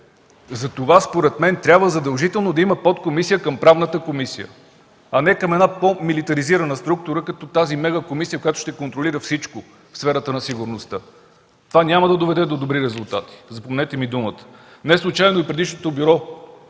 Затова според мен задължително трябва да има подкомисия към Правната комисия, а не към една по-милитаризирана структура, като тази мегакомисия, която ще контролира всичко в сферата на сигурността. Това няма да доведе до добри резултати. Запомнете ми думата! Неслучайно предишното бюро,